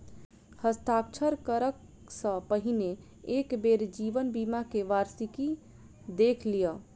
हस्ताक्षर करअ सॅ पहिने एक बेर जीवन बीमा के वार्षिकी देख लिअ